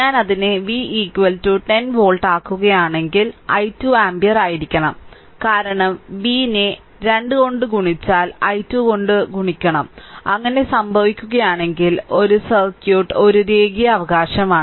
ഞാൻ അതിനെ v 10 volt ആക്കുകയാണെങ്കിൽ i 2 ആമ്പിയർ ആയിരിക്കണം കാരണം v നെ 2 കൊണ്ട് ഗുണിച്ചാൽ i 2 കൊണ്ട് ഗുണിക്കണം അങ്ങനെ സംഭവിക്കുകയാണെങ്കിൽ ഒരു സർക്യൂട്ട് ഒരു രേഖീയ അവകാശമാണ്